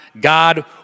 God